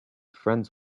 friends